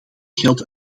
geld